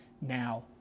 now